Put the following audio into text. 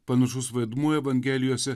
panašus vaidmuo evangelijose